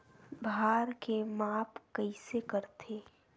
भार के माप कइसे करथे?